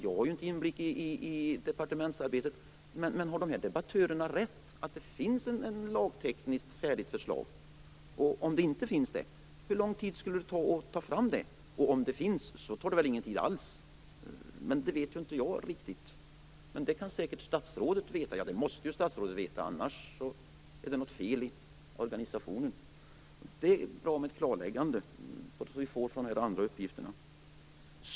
Jag har inte inblick i departementsarbetet, men jag undrar om dessa debattörer har rätt. Finns det ett lagtekniskt färdigt förslag? Om det inte finns undrar jag hur lång tid det skulle ta att ta fram ett. Om det redan finns tar det väl ingen tid alls? Detta vet ju inte jag. Men det måste statsrådet veta. Annars är det något fel i organisationen. Det är bra med ett klarläggande när det gäller dessa uppgifter.